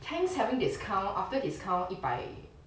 tangs having discount after discount 一百